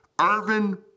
Irvin